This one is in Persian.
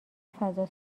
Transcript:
فضا